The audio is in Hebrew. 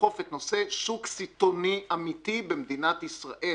לדחוף את נושא השוק הסיטונאי האמיתי במדינת ישראל.